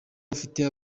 bafite